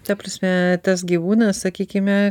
ta prasme tas gyvūnas sakykime